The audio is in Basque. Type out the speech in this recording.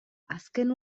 azken